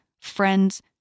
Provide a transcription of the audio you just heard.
friends